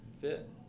fit